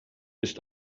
ist